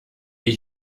wie